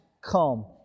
come